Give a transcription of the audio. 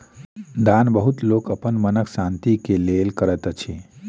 दान बहुत लोक अपन मनक शान्ति के लेल करैत अछि